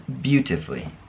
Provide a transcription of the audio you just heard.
beautifully